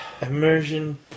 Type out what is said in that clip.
Immersion